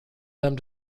them